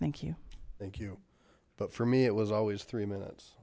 thank you thank you but for me it was always three minutes